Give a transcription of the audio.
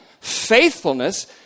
faithfulness